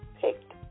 picked